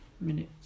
minutes